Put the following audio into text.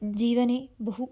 जीवने बहु